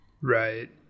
Right